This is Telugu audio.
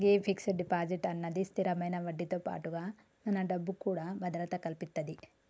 గే ఫిక్స్ డిపాజిట్ అన్నది స్థిరమైన వడ్డీతో పాటుగా మన డబ్బుకు కూడా భద్రత కల్పితది